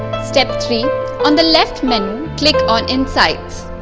step three on the left menu click on insights.